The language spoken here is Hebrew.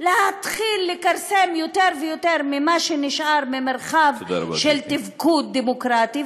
להתחיל לכרסם יותר ויותר במה שנשאר ממרחב של תפקוד דמוקרטי,